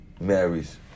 marries